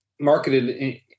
marketed